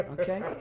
okay